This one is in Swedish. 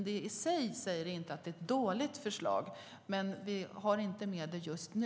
Det i sig säger inte att det är ett dåligt förslag. Men vi har inte medel just nu.